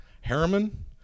Harriman